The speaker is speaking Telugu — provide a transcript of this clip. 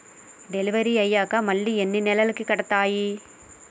డెలివరీ అయ్యాక మళ్ళీ ఎన్ని నెలలకి కడుతాయి?